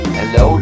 Hello